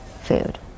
food